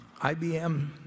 IBM